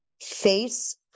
face